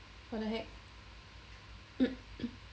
what the heck